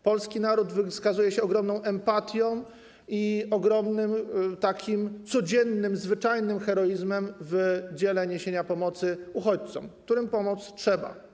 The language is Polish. Polski naród wykazuje się ogromną empatią i ogromnym codziennym, zwyczajnym heroizmem w dziele niesienia pomocy uchodźcom, którym pomóc trzeba.